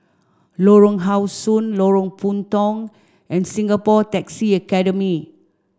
Lorong How Sun Lorong Puntong and Singapore Taxi Academy